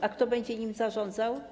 A kto będzie nimi zarządzał?